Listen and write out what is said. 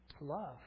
Love